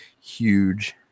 huge